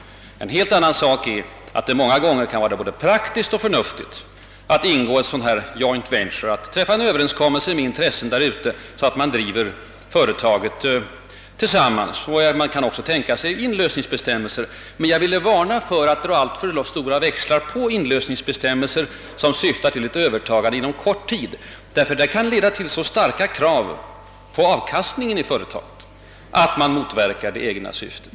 En helt annan sak är att det många gånger kan vara både praktiskt och förnuftigt att ingå ett »joint venture», alltså att träffa överenskommelse med intressenter i u-länderna om att driva företaget tillsammans. Man kan också tänka sig inlösningsbestämmelser. Men jag vill varna för att dra alltför stora växlar på inlösningsbestämmelser, som syftar till ett övertagande inom kort tid. Detta kan nämligen leda till så starka krav på avskrivningar och därmed på avkastningen i företaget, att man motverkar det goda syftet.